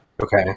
Okay